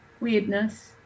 weirdness